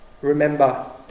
Remember